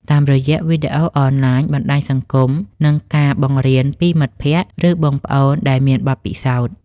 តាមរយៈវីដេអូអនឡាញ បណ្តាញសង្គម និងការបង្រៀនពីមិត្តភក្តិ ឬបងប្អូនដែលមានបទពិសោធន៍។